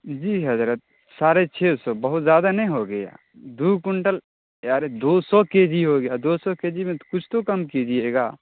جی حضرت سارھے چھ سو بہت زیادہ نہیں ہو گیا دو کنٹل یار دو سو کے جی ہو گیا دو سو کے جی میں تو کچھ تو کم کیجیے گا